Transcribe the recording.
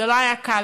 זה לא היה קל,